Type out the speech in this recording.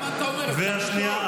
השנייה,